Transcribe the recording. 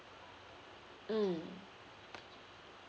mm